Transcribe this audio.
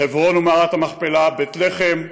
חברון ומערת המכפלה, בית לחם,